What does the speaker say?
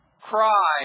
Cry